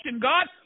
god